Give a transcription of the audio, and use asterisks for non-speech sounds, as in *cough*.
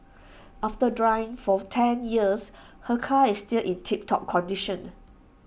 *noise* after driving for ten years her car is still in tip top condition